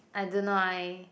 I deny